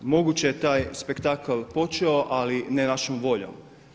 Moguće je taj spektakl počeo ali ne našom voljom.